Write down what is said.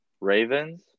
Ravens